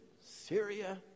Syria